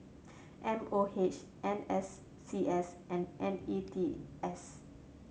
M O H N S C S and N E T S